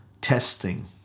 testing